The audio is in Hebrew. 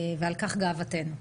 ועל כך גאוותנו.